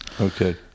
Okay